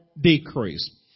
decrease